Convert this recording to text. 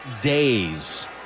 days